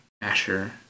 Asher